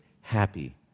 happy